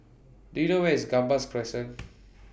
Do YOU know Where IS Gambas Crescent